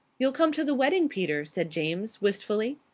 you'll come to the wedding, peter? said james, wistfully.